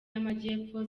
y’amajyepfo